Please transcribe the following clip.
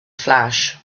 flash